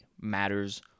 matters